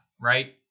right